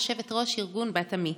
יושבת-ראש ארגון בת-עמי,